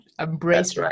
embrace